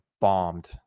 bombed